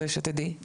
שתדעי,